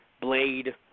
Blade